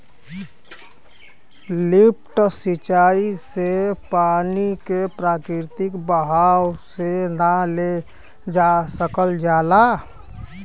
lift सिंचाई से पानी के प्राकृतिक बहाव से ना ले जा सकल जाला